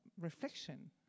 reflection